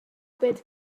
byd